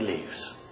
leaves